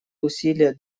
усилия